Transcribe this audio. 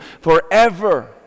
forever